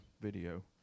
video